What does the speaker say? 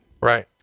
right